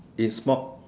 in small